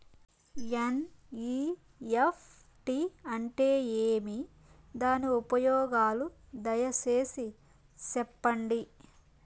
NEFT అంటే ఏమి? దాని ఉపయోగాలు దయసేసి సెప్పండి?